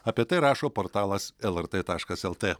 apie tai rašo portalas lrt taškas lt